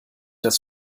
das